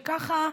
שככה,